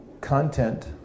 content